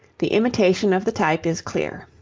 the imitation of the type is clear.